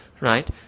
right